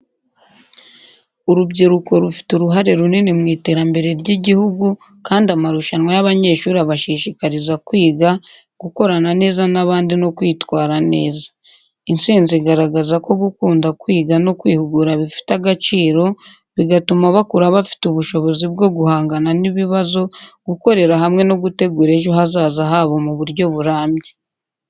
Urubyiruko rufite uruhare runini mu iterambere ry'igihugu kandi amarushanwa y'abanyeshuri abashishikariza kwiga, gukorana neza n'abandi no kwitwara neza. Insinzi igaragaza ko gukunda kwiga no kwihugura bifite agaciro, bigatuma bakura bafite ubushobozi bwo guhangana n'ibibazo, gukorera hamwe no gutegura ejo hazaza habo mu buryo burambye.